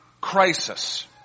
crisis